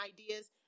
ideas